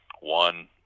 One